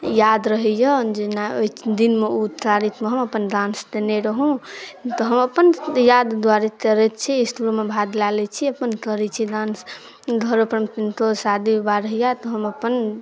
याद रहै यऽ जे नहि ओइ दिनमे ओ तारीकमे हम अपन डान्स केने रहूँ तऽ हम अपन याद दुआरे करै छी इसकुलमे भाग लए लै छी अपन करै छी डान्स घरोपर किनको शादी बिवाह रहैया तऽ हम अपन